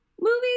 movies